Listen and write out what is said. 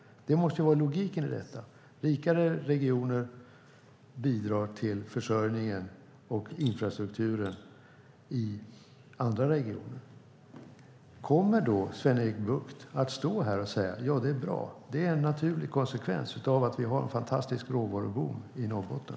Det måste ju vara logiken i det hela. Rikare regioner bidrar till försörjningen och infrastrukturen i andra regioner. Kommer Sven-Erik Bucht då att stå här och säga att det är bra, att det är en naturlig konsekvens av att vi har en fantastisk råvaruboom i Norrbotten?